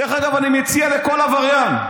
דרך אגב, אני מציע לכל עבריין: